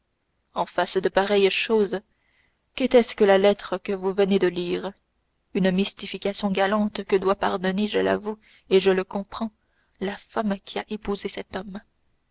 en face de pareilles choses qu'était-ce que la lettre que vous venez de lire une mystification galante que doit pardonner je l'avoue et le comprends la femme qui a épousé cet homme